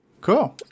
Cool